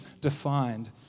defined